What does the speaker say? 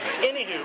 Anywho